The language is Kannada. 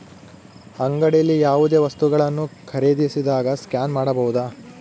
ಅಂಗಡಿಯಲ್ಲಿ ಯಾವುದೇ ವಸ್ತುಗಳನ್ನು ಖರೇದಿಸಿದಾಗ ಸ್ಕ್ಯಾನ್ ಮಾಡಬಹುದಾ?